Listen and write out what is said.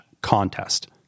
contest